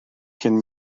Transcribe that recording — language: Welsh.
cyn